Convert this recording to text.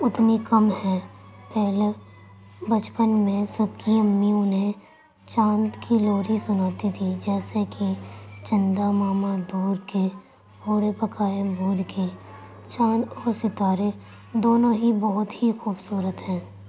اتنی کم ہے پہلے بچپن میں سب کی امیوں نے چاند کی لوری سناتی تھیں جیسے کہ چندا ماما دور کے پوڑے پکائے بھور کے چاند اور ستارے دونوں ہی بہت ہی خوبصورت ہیں